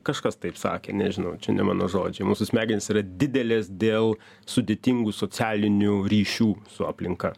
kažkas taip sakė nežinau čia ne mano žodžiai mūsų smegenys yra didelės dėl sudėtingų socialinių ryšių su aplinka